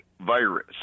virus